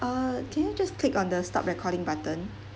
uh can you just click on the stop recording button